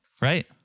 Right